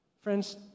Friends